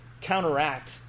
counteract